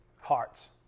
Hearts